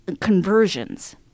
conversions